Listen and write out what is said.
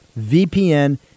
VPN